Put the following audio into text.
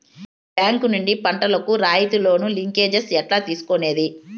Bank నుండి పంటలు కు రాయితీ లోను, లింకేజస్ ఎట్లా తీసుకొనేది?